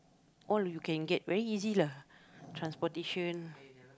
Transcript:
all you can get very easy lah transportation